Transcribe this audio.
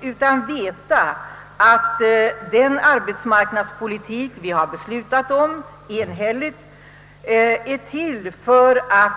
De skall i stället veta att den arbetsmarknadspolitik vi enhälligt beslutat om är till för att